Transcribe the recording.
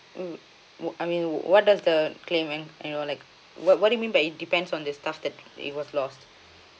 mm no I mean what does the claim and you know like what what do you mean by it depends on the stuff that it was lost